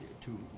Two